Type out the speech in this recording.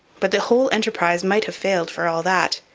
but the whole enterprise might have failed, for all that.